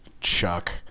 Chuck